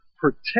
protect